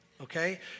okay